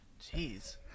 Jeez